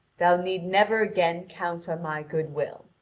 thou need never again count on my goodwill.